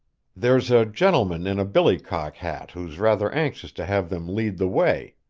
there's a gentleman in a billycock hat who's rather anxious to have them lead the way,